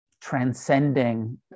transcending